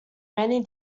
many